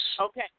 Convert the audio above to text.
Okay